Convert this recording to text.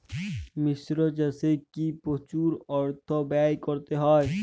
মিশ্র চাষে কি প্রচুর অর্থ ব্যয় করতে হয়?